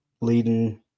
leading